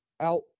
out